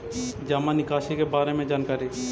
जामा निकासी के बारे में जानकारी?